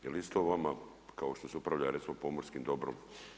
Je li isto vama kao što se upravlja recimo pomorskim dobrom?